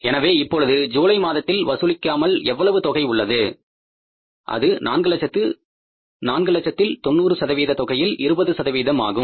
எனவே இப்பொழுது ஜூலை மாதத்தில் வசூலிக்காமல் எவ்வளவு தொகை உள்ளது அது 4 லட்சத்தில் 90 சதவீத தொகையில் 20 சதவீதம் ஆகும்